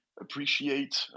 appreciate